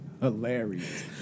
hilarious